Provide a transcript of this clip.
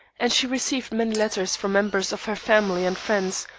and she received many letters from members of her family and friends,